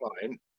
fine